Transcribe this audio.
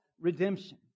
redemption